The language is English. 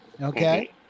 okay